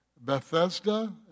Bethesda